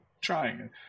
trying